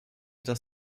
das